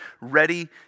ready